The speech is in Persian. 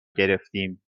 گرفتیم